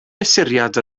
mesuriad